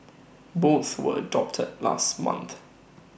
both were adopted last month